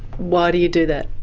why do you do that?